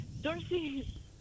Dorsey